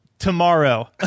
Tomorrow